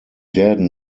werden